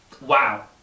wow